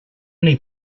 many